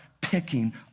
picking